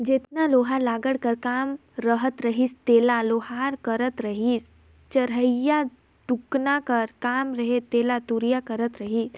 जेतना लोहा लाघड़ कर काम रहत रहिस तेला लोहार करत रहिसए चरहियाए टुकना कर काम रहें तेला तुरिया करत रहिस